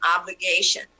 obligation